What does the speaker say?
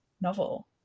novel